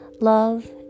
love